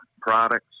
products